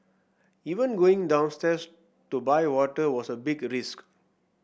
even going downstairs to buy water was a big risk